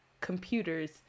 computers